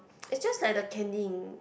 is just like the